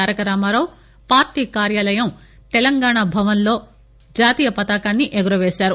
Taraka Rama Rao party కార్యాలయం తెలంగాణ భవన్ లో జాతీయ పతాకాన్ని ఎగురపేశారు